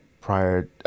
prior